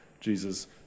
jesus